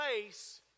place